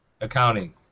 Accounting